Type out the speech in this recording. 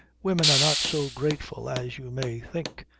women are not so grateful as you may think,